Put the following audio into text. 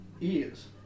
ears